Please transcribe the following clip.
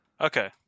Okay